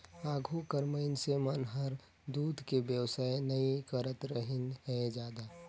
आघु कर मइनसे मन हर दूद के बेवसाय नई करतरहिन हें जादा